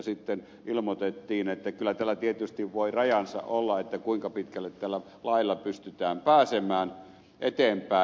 sitten ilmoitettiin että kyllä sillä tietysti voi rajansa olla kuinka pitkälle tällä lailla pystytään pääsemään eteenpäin